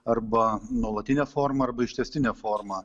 arba nuolatine forma arba ištęstine forma